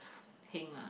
heng ah